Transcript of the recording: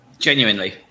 Genuinely